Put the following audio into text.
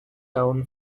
town